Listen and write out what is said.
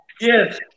Yes